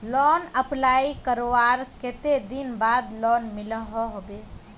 Loan apply करवार कते दिन बाद लोन मिलोहो होबे?